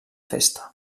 festa